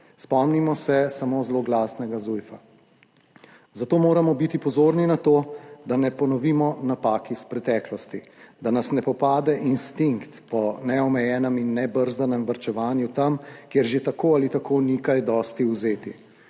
Spomnimo se samo zloglasnega Zujfa. Zato moramo biti pozorni na to, da ne ponovimo napak iz preteklosti, da nas ne popade instinkt po neomejenem in nebrzdanem varčevanju tam, kjer že tako ali tako ni kaj dosti vzeti.